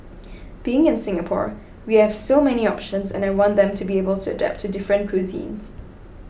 being in Singapore we have so many options and I want them to be able to adapt to different cuisines